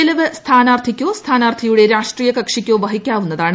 ചെലവ് സ്ഥാനാർത്ഥിയോ സ്ഥാനാർത്ഥിയുടെ രാഷ്ട്രീയ കക്ഷിയോ വഹിക്കാവുന്നതാണ്